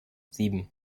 sieben